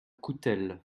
coutelle